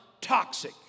toxic